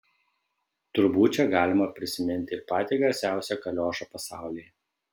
turbūt čia galima prisiminti ir patį garsiausią kaliošą pasaulyje